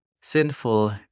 sinful